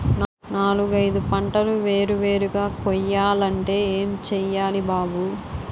నాలుగైదు పంటలు వేరు వేరుగా కొయ్యాలంటే ఏం చెయ్యాలి బాబూ